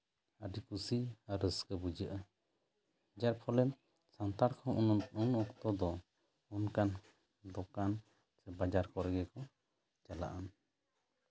ᱟᱹᱰᱤ ᱠᱩᱥᱤ ᱟᱨ ᱨᱟᱹᱥᱠᱟᱹ ᱵᱩᱡᱷᱟᱹᱜᱼᱟ ᱡᱟᱨ ᱯᱷᱚᱞᱮ ᱥᱟᱱᱛᱟᱲ ᱠᱚᱦᱚᱸ ᱩᱱ ᱚᱠᱛᱚ ᱫᱚ ᱚᱱᱠᱟᱱ ᱫᱚᱠᱟᱱ ᱥᱮ ᱵᱟᱡᱟᱨ ᱠᱚᱨᱮ ᱜᱮᱠᱚ ᱪᱟᱞᱟᱜᱼᱟ